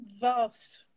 vast